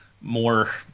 more